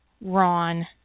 Ron